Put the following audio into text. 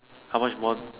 how much more